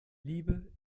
liebe